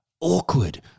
awkward